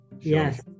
yes